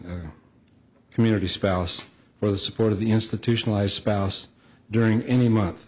the community spouse or the support of the institutionalized spouse during any month